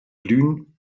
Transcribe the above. blühen